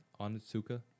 Onitsuka